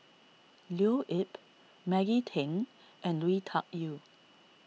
Leo Yip Maggie Teng and Lui Tuck Yew